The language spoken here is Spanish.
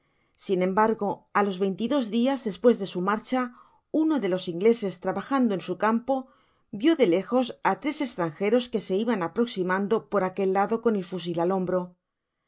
sin embargo á los veinte y dos dias despues de su marcha uno de los ingleses trabajando en su campo vio de lejos á tres estrangeros que se iban aproximando por aquel lado con el fusil al hombro